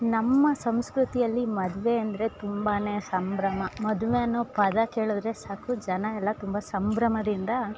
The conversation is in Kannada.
ನಮ್ಮ ಸಂಸ್ಕೃತಿಯಲ್ಲಿ ಮದುವೆ ಅಂದರೆ ತುಂಬಾ ಸಂಭ್ರಮ ಮದುವೆ ಅನ್ನೊ ಪದ ಕೇಳಿದ್ರೆ ಸಾಕು ಜನಯೆಲ್ಲ ತುಂಬ ಸಂಭ್ರಮದಿಂದ